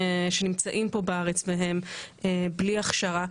שנמצאים פה בארץ והם בלי הכשרה.